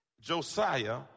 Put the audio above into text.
Josiah